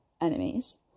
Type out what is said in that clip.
enemies